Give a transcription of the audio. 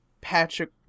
Patrick